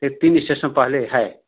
ये तीन स्टेशन पहले है